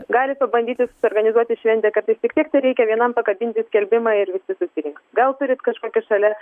galit pabandyti suorganizuoti šventę kartais tik tiek tereikia vienam pakabinti skelbimą ir visi susirinks gal turit kažkokių šalia